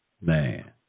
Man